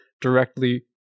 directly